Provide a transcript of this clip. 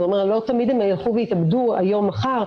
זה אומר שלא תמיד הם ילכו ויתאבדו היום או מחר,